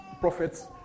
Prophets